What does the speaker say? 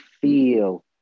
feel